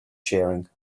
sharing